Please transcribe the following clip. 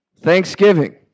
Thanksgiving